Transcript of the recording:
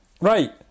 Right